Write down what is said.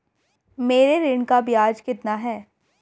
मेरे ऋण का ब्याज कितना है?